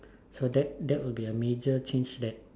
so that that will be a major change that